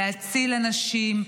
להציל אנשים,